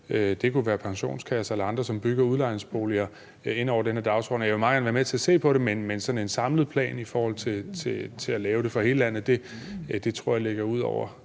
det kunne være pensionskasser eller andre, som bygger udlejningsboliger – ind over den her dagsorden. Og jeg vil meget gerne være med til at se på det. Men sådan en samlet plan i forhold til at lave det for hele landet tror jeg ligger ud over,